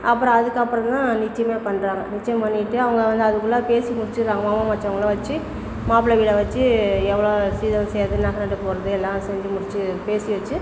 அப்புறம் அதுக்கப்புறந்தான் நிச்சயமே பண்ணுறாங்க நிச்சயம் பண்ணிட்டு அவங்க வந்து அதுக்குள்ளே பேசி முடிச்சிடுறாங்க மாமா மச்சான் அவங்கள வச்சு மாப்பிளை வீட வச்சு எவ்வளோ சீதனம் செய்கிறது நகை நட்டு போடுறது எல்லாம் செஞ்சு முடிச்சு பேசி வச்சு